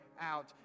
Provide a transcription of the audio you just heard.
out